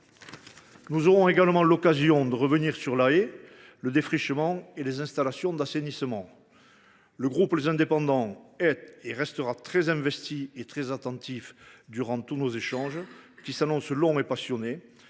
Nous aurons également l’occasion de revenir sur la haie, le défrichement et les installations d’assainissement. Le groupe Les Indépendants est, et restera, très investi et attentif durant nos échanges, qui s’annoncent longs et passionnés,